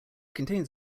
contains